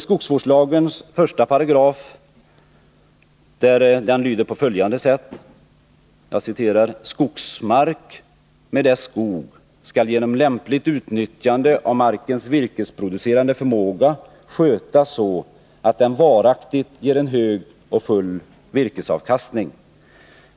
Skogsvårdslagens 18 lyder på följande sätt: ”Skogsmark med dess skog skall genom lämpligt utnyttjande av markens virkesproducerande förmåga skötas så att den varaktigt ger en hög och full virkesavkastning.